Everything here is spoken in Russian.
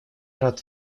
рад